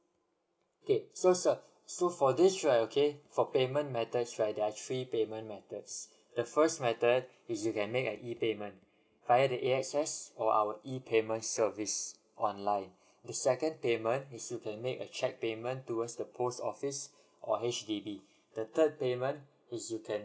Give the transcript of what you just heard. okay so sir so for this right okay for payment methods right there are three payment methods the first method is you can make an E payment via the A_X_S or our E payments service online the second payment is you can make a cheque payment towards the post office or H_D_B the third payment is you can